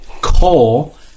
coal